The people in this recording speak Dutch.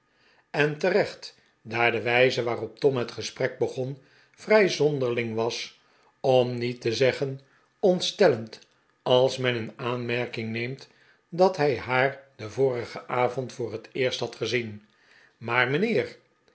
en terecht daar de wijze waarbp tom het gesprek begon vrij zonderling was om niet te zeggen ontstellend als men in aanmerking neemt dat hij haaf den vorigen avond voor het eerst had gezien maar mijnheer